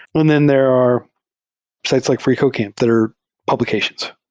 and then there are sites like freecodecamp that are publications.